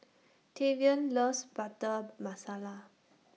Tavion loves Butter Masala